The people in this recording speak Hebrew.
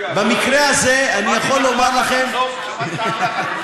במקרה הזה אני יכול לומר לכם, לא שמעתי, תחזור.